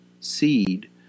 seed